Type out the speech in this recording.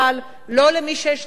לא למי שיש לו דרישות ייחודיות,